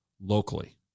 locally